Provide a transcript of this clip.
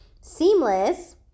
Seamless